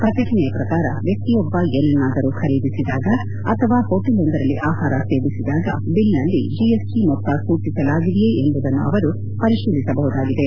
ಪ್ರಕಟಣೆಯ ಪ್ರಕಾರ ವ್ಯಕ್ತಿಯೊಬ್ಬ ಏನನ್ನಾದರೂ ಖರೀದಿಸಿದಾಗ ಅಥವಾ ಹೋಟೇಲೊಂದರಲ್ಲಿ ಆಪಾರ ಸೇವಿಸಿದಾಗ ಏಲ್ನಲ್ಲಿ ಜಿಎಸ್ಟಿ ಮೊತ್ತ ಸೂಚಿಸಲಾಗಿದೆಯೇ ಎಂಬುದನ್ನು ಅವರು ಪರಿಶೀಲಿಸಬಹುದಾಗಿದೆ